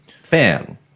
fan